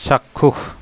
চাক্ষুষ